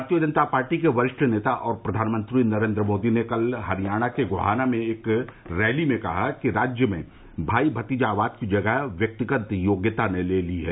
भारतीय जनता पार्टी के वरिष्ठ नेता और प्रधानमंत्री नरेन्द्र मोदी ने कल हरियाणा के गोहाना में एक रैली में कहा कि राज्य में भाई भतीजावाद की जगह व्यक्तिगत योग्यता ने ले ली है